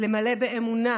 למלא באמונה